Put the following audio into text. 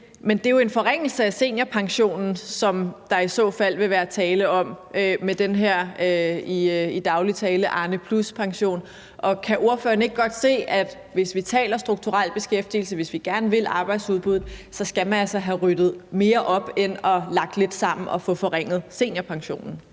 Men det er jo en forringelse af seniorpensionen, som der i så fald vil være tale om med den her – i daglig tale – Arnepluspension. Kan ordføreren ikke godt se, at man, hvis man taler strukturel beskæftigelse, og hvis man gerne vil arbejdsudbuddet, altså så skal have ryddet mere op end at lægge det lidt sammen og få forringet seniorpensionen?